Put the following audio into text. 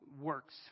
works